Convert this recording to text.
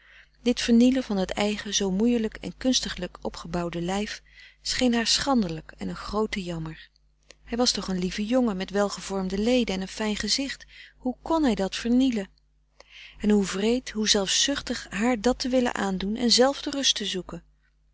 dit vernielen van het eigen zoo moeielijk en kunstiglijk opgebouwde lijf scheen haar schandelijk en een groote jammer hij was toch een lieve jongen met welgevormde leden en een fijn gezicht hoe kon hij dat vernielen en hoe wreed hoe zelfzuchtig haar dat te willen aandoen en zelf de rust te zoeken